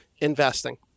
investing